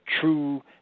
true